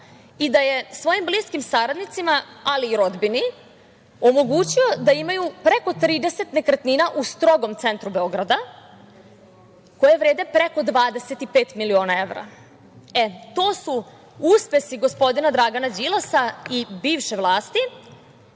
i da je svojim bliskim saradnicima, ali i rodbini, omogućio da imaju preko 30 nekretnina u strogom centru Beograda koje vrede preko 25 miliona evra. E, to su uspesi gospodina Dragana Đilasa i bivše vlasti,